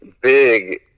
big